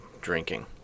drinking